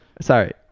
Sorry